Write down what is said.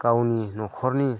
गावनि न'खरनि